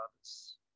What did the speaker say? others